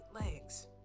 legs